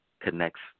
connects